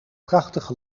prachtige